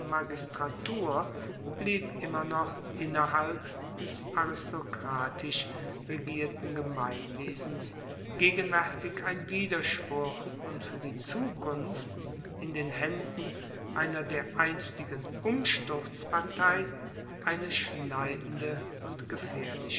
magistratur blieb immer noch innerhalb des aristokratisch regierten gemeinwesens gegenwaertig ein widerspruch und fuer die zukunft in den haenden einer dereinstigen umsturzpartei eine schneidende und gefaehrliche